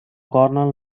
coronal